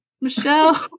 Michelle